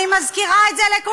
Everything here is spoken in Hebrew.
ואני מזכירה את זה לכולכם,